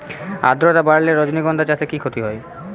আদ্রর্তা বাড়লে রজনীগন্ধা চাষে কি ক্ষতি হয়?